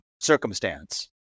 circumstance